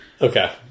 Okay